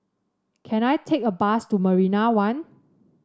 can I take a bus to Marina One